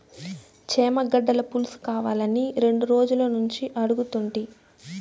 చేమగడ్డల పులుసుకావాలని రెండు రోజులనుంచి అడుగుతుంటి